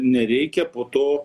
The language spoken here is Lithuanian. nereikia po to